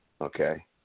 okay